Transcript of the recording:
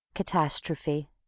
CATASTROPHE